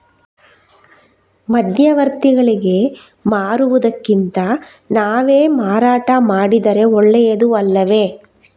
ಮಧ್ಯವರ್ತಿಗಳಿಗೆ ಮಾರುವುದಿಂದ ನಾವೇ ಮಾರಾಟ ಮಾಡಿದರೆ ಒಳ್ಳೆಯದು ಅಲ್ಲವೇ?